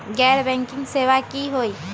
गैर बैंकिंग सेवा की होई?